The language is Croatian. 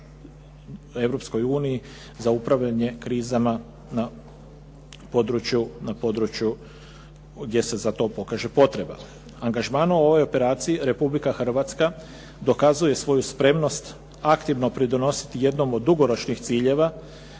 uniji za upravljanje krizama na području gdje se za to pokaže potreba. Angažmanom u ovoj operaciji Republika Hrvatska dokazuje svoju spremnost aktivno pridonosi jednom od dugoročnih ciljeva,